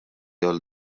għal